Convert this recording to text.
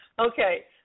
Okay